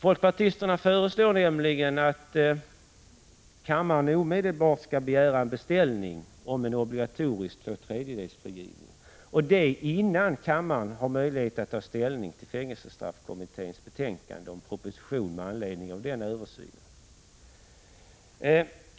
Folkpartisterna föreslår nämligen att kammaren omedelbart skall begära en beställning, som innebär en obligatorisk två tredjedels frigivning, och det innan kammaren har möjlighet att ta ställning till fängelsestraffkommitténs betänkande om propositionen med anledning av översynen.